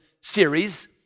series